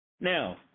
Now